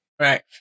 Right